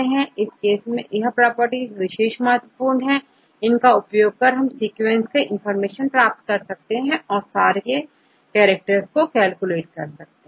तो इस केस में यह प्रॉपर्टीज विशेष महत्वपूर्ण होती है इनका उपयोग कर सीक्वेंस की इंफॉर्मेशन प्राप्त की जा सकती है और सारे कैरेक्टर कैलकुलेट किए जा सकते हैं